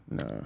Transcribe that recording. No